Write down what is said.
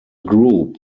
group